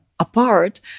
apart